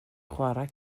chwarae